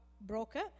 broker